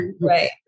right